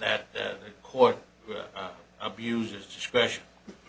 t court abused his discretion